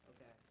Okay